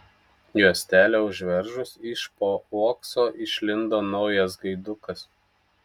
juostelę užveržus iš po uokso išlindo naujas gaidukas